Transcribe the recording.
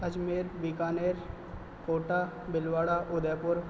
Ajmer Bikaner Kota Bhilwara Udaipur